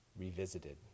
revisited